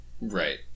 Right